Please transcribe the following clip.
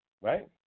right